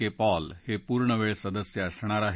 के Paul हे पूर्ण वेळ सदस्य असणार आहेत